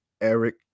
Eric